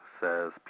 says